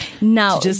Now